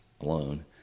alone